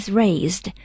raised